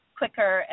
quicker